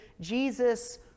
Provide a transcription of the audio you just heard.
Jesus